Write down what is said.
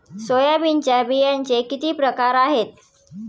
सोयाबीनच्या बियांचे किती प्रकार आहेत?